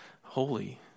holy